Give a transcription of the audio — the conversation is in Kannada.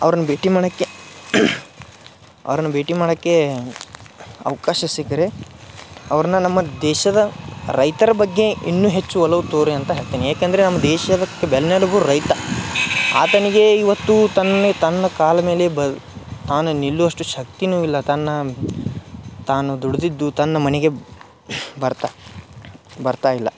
ಅವ್ರನ್ನ ಭೇಟಿ ಮಾಡಕ್ಕೆ ಅವ್ರನ್ನ ಭೇಟಿ ಮಾಡಕ್ಕೆ ಅವಕಾಶ ಸಿಕ್ಕರೆ ಅವ್ರನ್ನ ನಮ್ಮ ದೇಶದ ರೈತರ ಬಗ್ಗೆ ಇನ್ನು ಹೆಚ್ಚು ಒಲವು ತೋರಿ ಅಂತ ಹೇಳ್ತೀನಿ ಏಕಂದರೆ ನಮ್ಮ ದೇಶದಕ್ಕೆ ಬೆನ್ನೆಲುಬು ರೈತ ಆತನಿಗೆ ಇವತ್ತು ತನ್ನ ತನ್ನ ಕಾಲ್ಮೇಲೆ ಬ ತಾನು ನಿಲ್ಲುವಷ್ಟು ಶಕ್ತಿನೂ ಇಲ್ಲ ತನ್ನ ತಾನು ದುಡ್ದಿದ್ದು ತನ್ನ ಮನೆಗೆ ಬರ್ತಾ ಬರ್ತಾ ಇಲ್ಲ